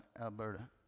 Alberta